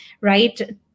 right